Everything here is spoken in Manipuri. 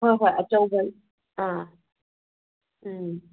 ꯍꯣꯏ ꯍꯣꯏ ꯑꯆꯧꯕ ꯎꯝ